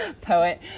poet